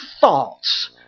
thoughts